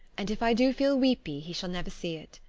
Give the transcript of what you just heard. and if i do feel weepy, he shall never see it.